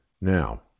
now